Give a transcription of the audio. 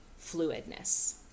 fluidness